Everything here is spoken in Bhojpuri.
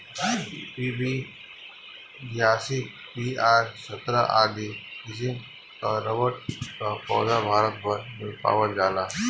पी.बी छियासी, पी.आर सत्रह आदि किसिम कअ रबड़ कअ पौधा भारत भर में पावल जाला